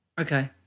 Okay